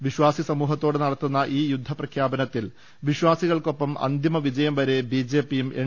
വിശ്വാസി സമൂഹത്തോട് നടത്തുന്ന ഈ യുദ്ധപ്രഖ്യാപനത്തിൽ വിശ്വാസികൾക്കൊപ്പം അന്തിമ പ്രിജയം വരെ ബിജെപിയും എൻ